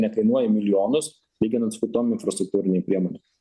nekainuoja milijonus lyginant su kitom infrastruktūrinėm priemonėm